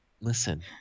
Listen